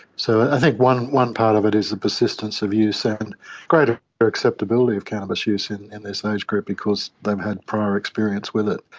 so i think one one part of it is the persistence of use and greater acceptability of cannabis use in in this age group because they have had prior experience with it.